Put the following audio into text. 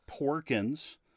Porkins